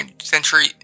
Century